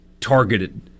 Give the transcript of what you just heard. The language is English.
targeted